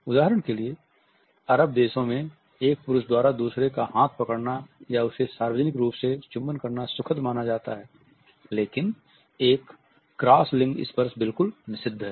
उदाहरण के लिए अरब देशों में एक पुरुष द्वारा दूसरे का हाथ पकड़ना या उसे सार्वजनिक रूप से चुंबन करना सुखद मन जाता है लेकिन एक क्रॉस लिंग स्पर्श बिल्कुल निषिद्ध है